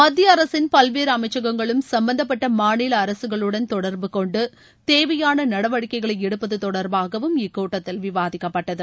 மத்திய அரசின் பல்வேறு அமைச்சகங்களும் சம்பந்தப்பட்ட மாநில அரசுகளுடன் தொடர்பு கொண்டு தேவையான நடவடிக்கைகளை எடுப்பது தொடர்பாகவும் இக்கூட்டத்தில் விவாதிக்கப்பட்டது